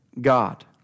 God